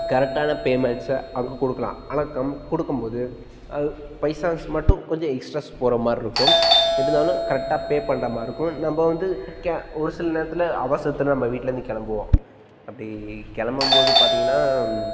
கரெக்டான பேமெண்ட்ஸை அவங்கக் கொடுக்கலாம் ஆனால் கம் கொடுக்கும் போது அது பைசா மட்டும் கொஞ்சம் எக்ஸ்ட்ராஸ் போகிற மாதிரிருக்கும் எதுனாலும் கரெக்டாக பே பண்ணுற மாதிரிருக்கும் நம்ம வந்து கே ஒரு சில நேரத்தில் அவசரத்தில் நம்ம வீட்டிலேருந்து கிளம்புவோம் அப்படி கிளம்பும் போது பார்த்தீங்கன்னா